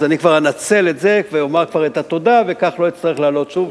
אז אני כבר אנצל את זה ואומר כבר את התודה וכך לא אצטרך לעלות שוב.